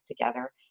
together